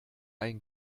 ein